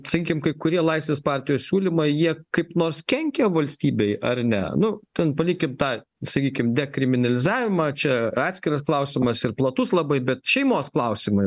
sakykim kai kurie laisvės partijos siūlymai jie kaip nors kenkia valstybei ar ne nu ten palikim tą sakykim dekriminalizavimą čia atskiras klausimas ir platus labai bet šeimos klausimai